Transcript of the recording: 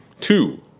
Two